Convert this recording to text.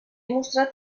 mostrat